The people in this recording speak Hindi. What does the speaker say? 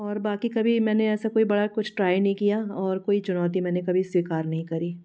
और बाक़ी कभी मैंने ऐसा कोई बड़ा कुछ ट्राई नहीं किया और कोई चुनौती मैंने कभी स्वीकार नहीं करी